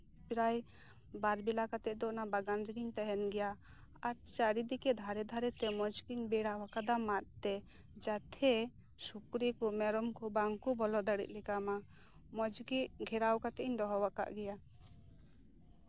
ᱯᱨᱮᱟᱭ ᱵᱟᱨ ᱵᱮᱞᱟ ᱠᱟᱛᱮᱜ ᱫᱚ ᱚᱱᱟ ᱵᱟᱜᱟᱱ ᱨᱮᱜᱤᱧ ᱛᱟᱦᱮᱱ ᱜᱮᱭᱟ ᱟᱨ ᱪᱟᱹᱨᱤᱫᱤᱠᱮ ᱫᱷᱟᱨᱮ ᱫᱷᱟᱨᱮᱛᱮ ᱢᱚᱡᱽ ᱜᱤᱧ ᱵᱮᱲᱟᱣ ᱠᱟᱫᱟ ᱢᱟᱫ ᱛᱮ ᱡᱟᱛᱮ ᱥᱩᱠᱨᱤ ᱠᱚ ᱢᱮᱨᱚᱢ ᱠᱚ ᱵᱟᱝ ᱠᱚ ᱵᱚᱞᱚ ᱫᱟᱲᱮᱭᱟᱜᱼᱟ ᱛᱟᱢᱟ ᱢᱚᱡᱽ ᱜᱮ ᱜᱷᱮᱨᱟᱣ ᱠᱟᱛᱮᱜ ᱤᱧ ᱫᱚᱦᱚ ᱟᱠᱟᱫ ᱜᱮᱭᱟ